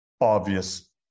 obvious